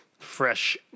fresh